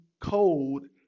code